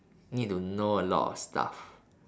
need to know a lot of stuff